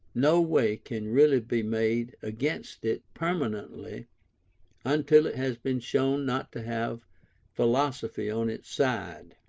no way can really be made against it permanently until it has been shown not to have philosophy on its side.